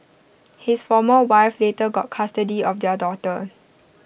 his former wife later got custody of their daughter